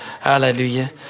Hallelujah